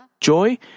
joy